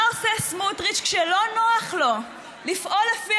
מה עושה סמוטריץ כשלא נוח לו לפעול לפי